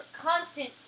constant